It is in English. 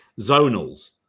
Zonals